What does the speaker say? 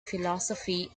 philosophy